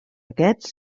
aquests